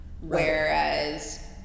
whereas